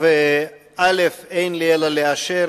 אינם נקלטים